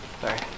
Sorry